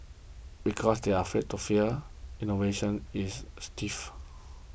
because they are afraid to fail innovation is stifled